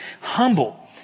humble